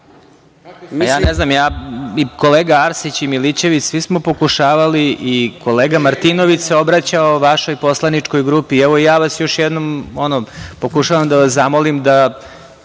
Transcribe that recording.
Marinković** Kolega Arsić i Milićević, svi smo pokušavali i kolega Martinović se obraćao vašoj poslaničkoj grupi i evo ja vas još jednom pokušavam da vas zamolim da